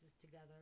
together